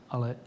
Ale